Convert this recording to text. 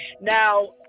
Now